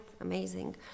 amazing